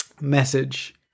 Message